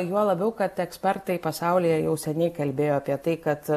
juo labiau kad ekspertai pasaulyje jau seniai kalbėjo apie tai kad